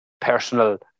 personal